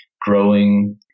growing